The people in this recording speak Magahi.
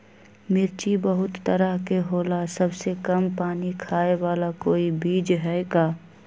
मिर्ची बहुत तरह के होला सबसे कम पानी खाए वाला कोई बीज है का?